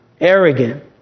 arrogant